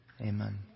amen